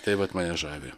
tai vat mane žavi